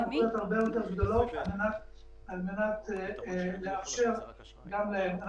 הרבה הרבה לפני שהקרן תגיע לחצי מהסכום הזה, אנחנו